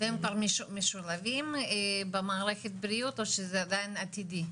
והם כבר משולבים במערכת הבריאות או שזה עדיין עתידי?